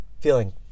feeling